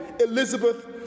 Elizabeth